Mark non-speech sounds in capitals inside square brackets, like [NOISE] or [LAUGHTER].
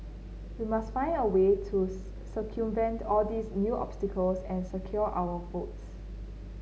we must find a way to [UNINTELLIGIBLE] circumvent all these new obstacles and secure our votes